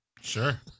Sure